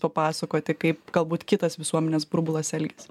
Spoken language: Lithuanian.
papasakoti kaip galbūt kitas visuomenės burbulas elgias